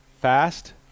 fast